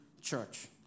church